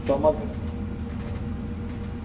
Samastipur